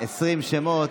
20 שמות.